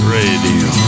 radio